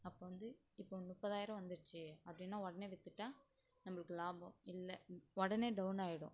அப்போ வந்து இப்போது முப்பதாயிரோம் வந்துருச்சு அப்படின்னா உடனே விற்றுட்டா நம்பளுக்கு லாபம் இல்லை உடனே டௌன் ஆகிடும்